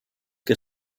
que